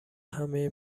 همه